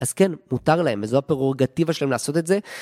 אז כן, מותר להם, זו הפרורגטיבה שלהם לעשות את זה.